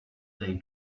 they